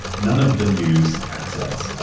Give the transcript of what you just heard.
none of the news assets. ah